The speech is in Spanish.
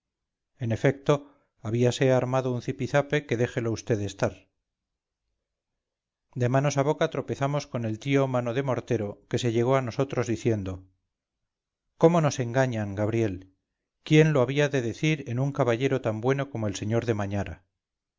en efecto habíase armado un zipizape que déjelo usted estar de manos a boca tropezamos con el tío mano de mortero que se llegó a nosotros diciendo cómo nos engañan gabriel quién lo había de decir en un caballero tan bueno como el sr de mañara